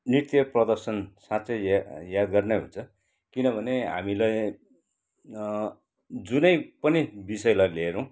नृत्य प्रदर्शन साँच्चै या यादगार नै हुन्छ किनभने हामीलाई जुनै पनि विषयलाई हेरौँ